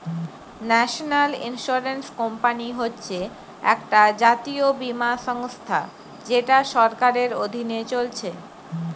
national insurance company হচ্ছে একটা জাতীয় বীমা সংস্থা যেটা সরকারের অধীনে চলছে